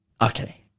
Okay